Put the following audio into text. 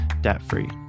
debt-free